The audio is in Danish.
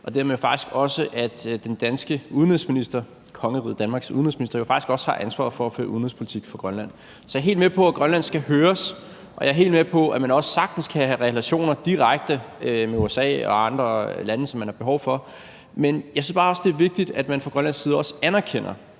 og dermed også, at den danske udenrigsminister, kongeriget Danmarks udenrigsminister, faktisk også har ansvaret for at føre udenrigspolitik for Grønland. Så jeg er helt med på, at Grønland skal høres, og jeg er helt med på, at man også sagtens kan have relationer direkte til USA og andre lande, som man har behov for, men jeg synes bare også, det er vigtigt, at man fra Grønlands side også anerkender,